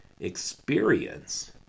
experience